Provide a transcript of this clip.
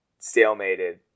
stalemated